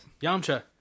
Yamcha